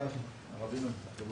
הישיבה ננעלה בשעה